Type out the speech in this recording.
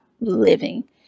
living